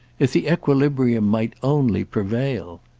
if the equilibrium might only prevail!